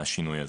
השינוי הזה,